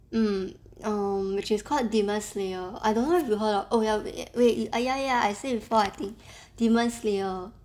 mm err which is called demon slayer I don't know if you heard of oh ya wai~ oh ya ya ya I said before I think demon slayer